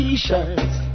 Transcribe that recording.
T-shirts